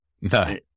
No